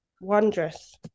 Wondrous